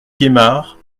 gaymard